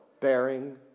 bearing